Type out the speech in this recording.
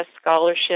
scholarship